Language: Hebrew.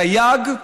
דייג,